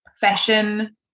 fashion